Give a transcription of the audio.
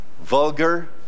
Vulgar